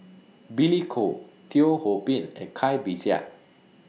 Billy Koh Teo Ho Pin and Cai Bixia